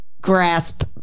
grasp